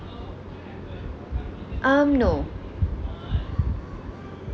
um no